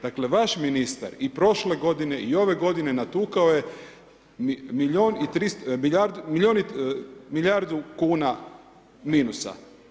Dakle vaš ministar i prošle godine i ova godine natukao je milijun i 300, milijun, milijardu kuna minusa.